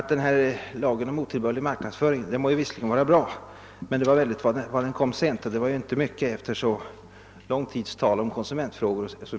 Lagen om otillbörlig marknadsföring är visserligen bra, säger han, men den kom sent, och det var inte mycket efter allt tal om och utredande av konsumentfrågor.